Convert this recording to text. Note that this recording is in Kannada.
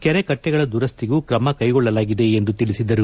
ಕೆರೆಕಟ್ಟೆಗಳ ದುರಸ್ವಿಗೂ ಕ್ರಮ ಕೈಗೊಳ್ಳಲಾಗಿದೆ ಎಂದು ತಿಳಿಸಿದರು